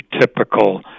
typical